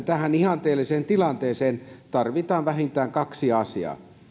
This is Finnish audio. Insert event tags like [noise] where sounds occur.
[unintelligible] tähän ihanteelliseen tilanteeseen tarvitaan vähintään kaksi asiaa